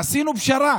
עשינו פשרה